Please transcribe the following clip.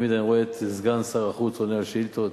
תמיד אני רואה את סגן שר החוץ עונה על שאילתות,